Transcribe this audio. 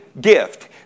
gift